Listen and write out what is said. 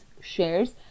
shares